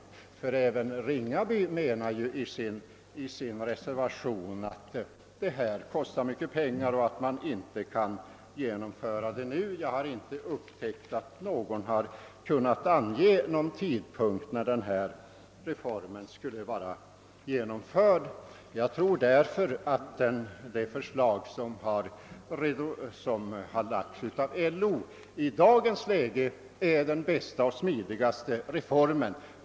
även herr Ringaby medger i sin reservation att en reform på detta område kostar mycket pengar och att den inte kan genomföras nu. Jag har inte funnit att någon har kunnat ange en tidpunkt för reformens genomförande. Jag anser därför att LO:s förslag i dagens läge innehåller den bästa och smidigaste reformen.